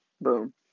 boom